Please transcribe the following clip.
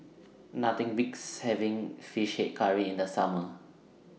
Nothing Beats having Fish Head Curry in The Summer